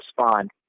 respond